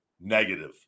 negative